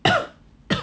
ppc